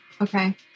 Okay